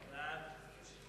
ההצעה